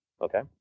Okay